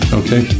okay